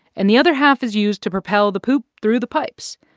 and the other half is used to propel the poop through the pipes.